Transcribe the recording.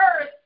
earth